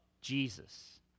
Jesus